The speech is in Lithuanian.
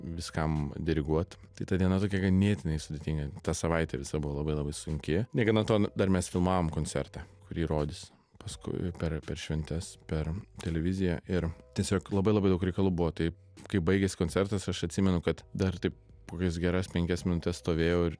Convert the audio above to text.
viskam diriguot tai ta diena tokia ganėtinai sudėtinga ta savaitė visa buvo labai labai sunki negana to dar mes filmavom koncertą kurį rodys paskui per per šventes per televiziją ir tiesiog labai labai daug reikalų buvo tai kai baigėsi koncertas aš atsimenu kad dar taip kokias geras penkias minutes stovėjau ir